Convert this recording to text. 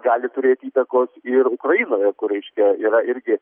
gali turėti įtakos ir ukrainoje kur reiškia yra irgi